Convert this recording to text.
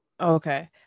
okay